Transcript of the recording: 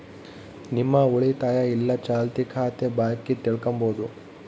ನಿಮ್ಮ ಉಳಿತಾಯ ಇಲ್ಲ ಚಾಲ್ತಿ ಖಾತೆ ಬಾಕಿ ತಿಳ್ಕಂಬದು